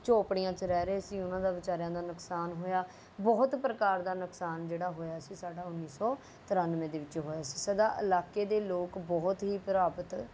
ਝੋਪੜੀਆਂ 'ਚ ਰਹਿ ਰਹੇ ਸੀ ਉਨ੍ਹਾਂ ਦਾ ਵਿਚਾਰਿਆਂ ਦਾ ਨੁਕਸਾਨ ਹੋਇਆ ਬਹੁਤ ਪ੍ਰਕਾਰ ਦਾ ਨੁਕਸਾਨ ਜਿਹੜਾ ਹੋਇਆ ਸੀ ਸਾਡਾ ਉੱਨੀਂ ਸੌ ਤਰਾਨਵੇਂ ਦੇ ਵਿੱਚ ਹੋਇਆ ਸੀ ਸਦਾ ਇਲਾਕੇ ਦੇ ਲੋਕ ਬਹੁਤ ਹੀ ਪ੍ਰਭਾਵਿਤ